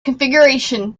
configuration